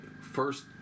first